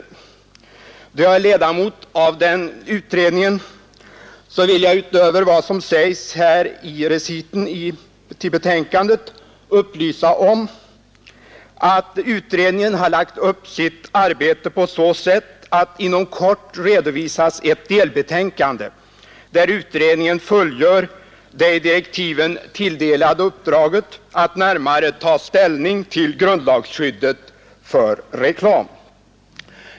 Då jag är ledamot av utredningen vill jag utöver vad som sägs i reciten i betänkandet upplysa om att utredningen inom kort avger ett delbetänkande, där utredningen fullgör det i direktiven tilldelade uppdraget att närmare ta ställning till grundlagsskyddet för reklam.